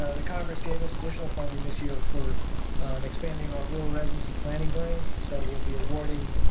ah the congress gave us additional funding this year for expanding our rural residency planning grants and so we'll be awarding